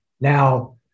Now